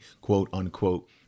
quote-unquote